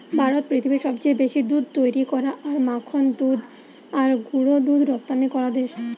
ভারত পৃথিবীর সবচেয়ে বেশি দুধ তৈরী করা আর মাখন দুধ আর গুঁড়া দুধ রপ্তানি করা দেশ